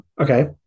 Okay